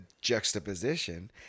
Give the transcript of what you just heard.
juxtaposition